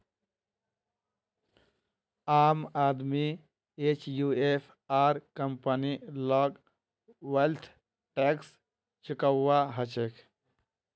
आम आदमी एचयूएफ आर कंपनी लाक वैल्थ टैक्स चुकौव्वा हछेक